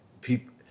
people